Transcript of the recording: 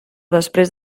després